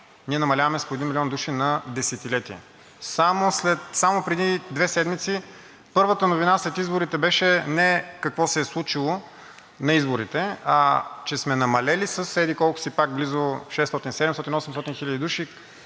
Ние намаляваме с по един милион души на десетилетие. Само преди две седмици първата новина след изборите беше не какво се е случило на изборите, а че сме намалели с еди-колко си – близо 600, 700, 800 хиляди души,